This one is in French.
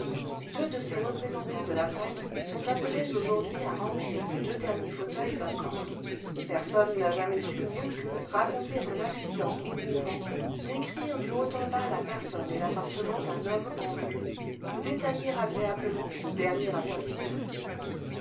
deux de ces représentants de la presse sont appelés aujourd'hui à remplir les deux derniers fauteuils vacants personne n'a jamais su mieux qu'eux raconter un accident émouvant décrue du haut l'historien felicien cadoul en bas la personne et l'appartement d'un homme en vue ou détailler agréablement le dernier assassinât